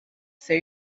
say